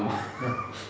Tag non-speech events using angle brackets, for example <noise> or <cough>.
<laughs>